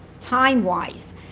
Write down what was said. time-wise